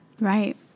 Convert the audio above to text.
right